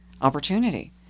opportunity